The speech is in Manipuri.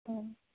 ꯎꯝ